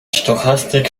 stochastik